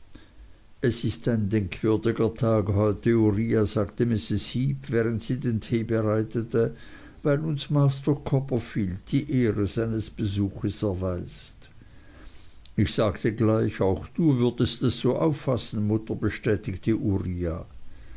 es ist ein denkwürdiger tag heute uriah sagte mrs heep während sie den tee bereitete weil uns master copperfield die ehre seines besuchs erweist ich sagte gleich auch du würdest es so auffassen mutter bestätigte uriah